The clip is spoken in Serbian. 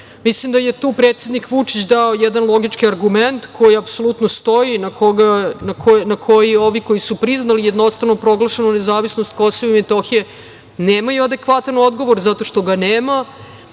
da je tu predsednik Vučić dao jedan logičan argument koji apsolutno stoji, na koji ovi koji su priznali jednostrano proglašenu nezavisnost Kosova i Metohije nemaju adekvatan odgovor zato što ga nema,